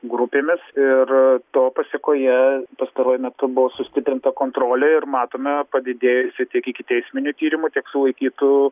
grupėmis ir to pasekoje pastaruoju metu buvo sustiprinta kontrolė ir matome padidėjusį tiek ikiteisminių tyrimų tiek sulaikytų